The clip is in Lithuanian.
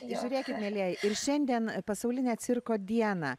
žiūrėkit mielieji ir šiandien pasaulinę cirko dieną